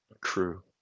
crew